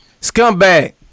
scumbag